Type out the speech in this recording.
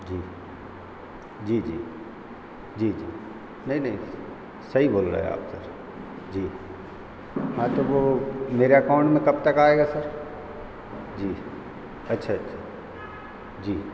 जी जी जी जी जी नहीं नहीं सही बोल रहे आप सर जी हाँ तो वो मेरे अकाउंट में कब तक आएगा सर जी अच्छा अच्छा जी